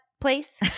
place